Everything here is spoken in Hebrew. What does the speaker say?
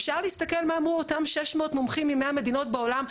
אפשר להסתכל מה אמרו אותם 600 מומחים מ-100 מדינות בעולם,